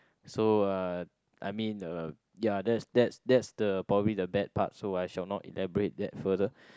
so uh I mean uh ya that's that's that's the probably the bad part so I shall not elaborate that further